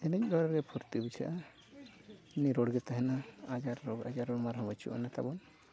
ᱮᱱᱮᱡ ᱵᱟᱲᱟᱨᱮ ᱯᱷᱩᱨᱛᱤ ᱵᱩᱡᱷᱟᱹᱜᱼᱟ ᱱᱤᱨᱳᱲ ᱜᱮ ᱛᱟᱦᱮᱱᱟ ᱟᱡᱟᱨ ᱨᱳᱜᱽ ᱟᱡᱟᱨ ᱵᱤᱢᱟᱨ ᱦᱚᱸ ᱵᱟᱹᱪᱩᱜ ᱟᱱ ᱛᱟᱵᱚᱱ